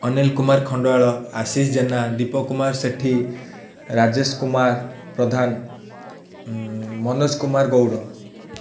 Anil Kumar Khandual Ashish Jena Deep Kumar Sethi Rajesh Kumar Pradhan Manoj Kumar Gaud